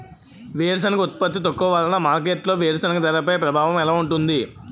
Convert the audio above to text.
వేరుసెనగ ఉత్పత్తి తక్కువ వలన మార్కెట్లో వేరుసెనగ ధరపై ప్రభావం ఎలా ఉంటుంది?